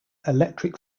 electric